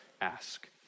ask